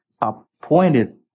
appointed